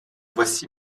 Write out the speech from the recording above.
voici